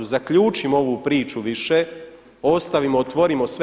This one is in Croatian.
Zaključimo ovu priču više, ostavimo, otvorimo sve.